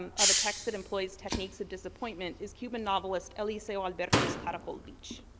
um of a text that employs techniques of disappointment, is cuban novelist eliseo alberto's caracol beach.